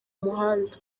muhanda